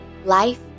Life